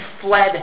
fled